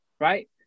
right